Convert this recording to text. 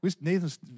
Nathan's